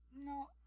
No